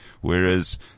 whereas